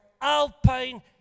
alpine